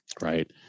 right